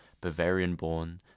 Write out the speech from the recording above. Bavarian-born